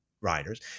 riders